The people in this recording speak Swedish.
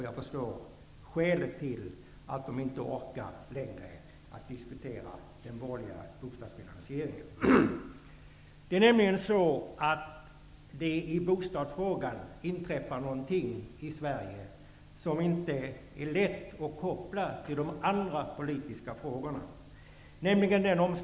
Jag förstår skälet till att de inte längre orkar att diskutera den borgerliga bostadsfinansieringen. Det är nämligen så att det i bostadsfrågan inträffar någonting i Sverige som inte är lätt att koppla till de andra politiska frågorna.